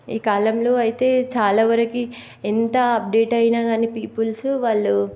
ఈ కాలంలో అయితే చాలా వరకు ఎంత అప్డేట్ అయినా కానీ పీపుల్స్ వాళ్ళు